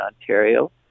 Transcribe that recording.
Ontario